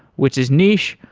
which is niche,